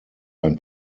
ein